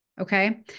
okay